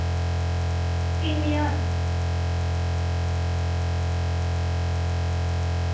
तीन ज्हार